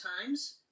times